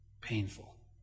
Painful